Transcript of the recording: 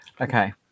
okay